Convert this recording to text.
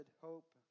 hope